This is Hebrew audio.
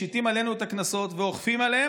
משיתים עלינו את הקנסות ואוכפים אותם.